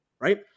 right